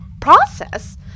Process